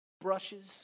brushes